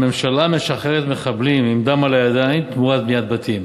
הממשלה משחררת מחבלים עם דם על הידיים תמורת בניית בתים.